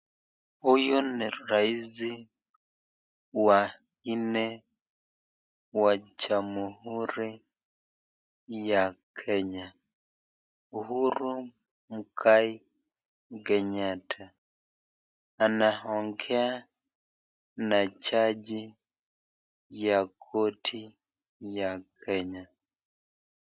Huyu ni raisi wa nne wa Jamhuri ya Kenya, Uhuru Muigai Kenyatta. Anaongea na jaji ya koti ya Kenya.